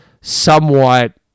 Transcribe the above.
somewhat